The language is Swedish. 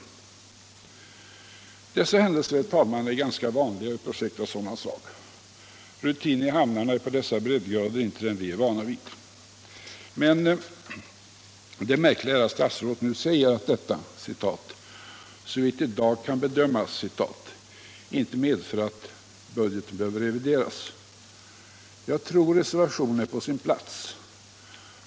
Dessa händelser, herr talman, är självfallet ganska vanliga vid projekt av sådant slag. Rutinen i hamnarna är på dessa breddgrader inte den vi är vana vid. Men det märkliga är att statsrådet nu säger att detta ”såvitt i dag kan bedömas” inte medför att budgeten behöver revideras. Jag tror reservationen är på sin plats.